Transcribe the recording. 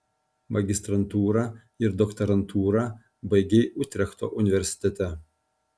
magistrantūrą ir doktorantūrą baigei utrechto universitete